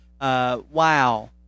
Wow